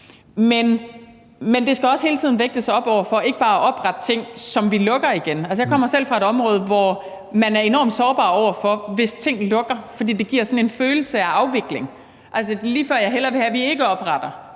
Men det skal også hele tiden vægtes op mod det med ikke bare at oprette ting, som vi lukker igen. Jeg kommer selv fra et område, hvor man er enormt sårbar over for det, hvis ting lukker, for det giver sådan en følelse af afvikling. Det er lige før, at jeg hellere vil have, at vi ikke opretter,